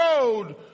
road